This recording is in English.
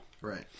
Right